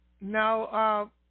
Now